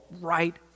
right